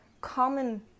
common